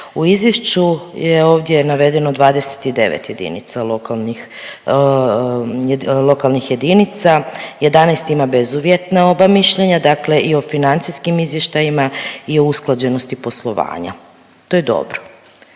U izvješću je ovdje navedeno 29 lokalnih jedinica, 11 ima bezuvjetno oba mišljenja dakle i o financijskim izvješćima i o usklađenosti poslovanja. To je dobro.